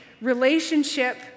relationship